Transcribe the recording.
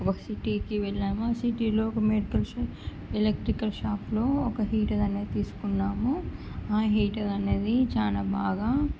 ఒక సిటీకి వెళ్ళాము ఆ సిటీలో ఒక మెడికల్ షాప్ ఎలక్ట్రికల్ షాప్లో ఒక హీటర్ అనేది తీసుకున్నాము ఆ హీటర్ అనేది చాలా బాగా